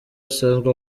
asanzwe